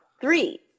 Three